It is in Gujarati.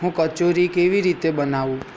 હું કચોરી કેવી રીતે બનાવું